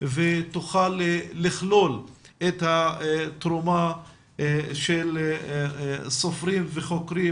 ותוכל לכלול את התרומה של סופרים וחוקרים